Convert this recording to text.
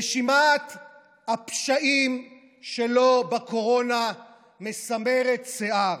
רשימת הפשעים שלו בקורונה מסמרת שיער: